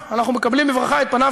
ראש